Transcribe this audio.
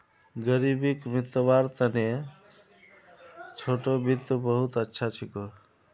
ग़रीबीक मितव्वार तने छोटो वित्त बहुत अच्छा छिको